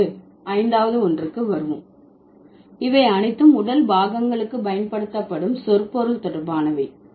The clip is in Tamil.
இப்போது ஐந்தாவது ஒன்றுக்கு வருவோம் இவை அனைத்தும் உடல் பாகங்களுக்கு பயன்படுத்தப்படும் சொற்பொருள் தொடர்பானவ